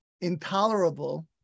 intolerable